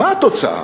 מה התוצאה?